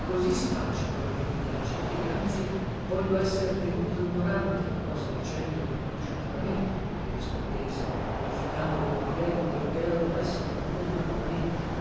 così si faccia poi che vi piace ché anzi voglio esser tenuto ignorante cosa dicendo non conosciuta da me che discortese rifiutando que prieghi che deono essermi commandamenti